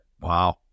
Wow